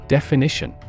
Definition